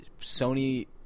Sony